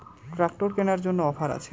Tractor কেনার জন্য offer আছে?